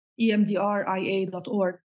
emdria.org